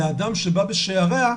לאדם שבא בשעריה,